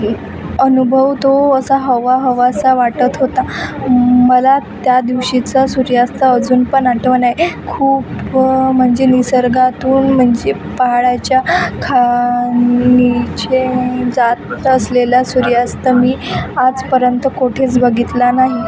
एक अनुभव तो असा हवाहवासा वाटत होता मला त्या दिवशीचा सूर्यास्त अजूनपण आठवण आहे खूप म्हणजे निसर्गातून म्हणजे पहाडाच्या खा निचे मी जात असलेला सूर्यास्त मी आजपर्यंत कोठेच बघितला नाही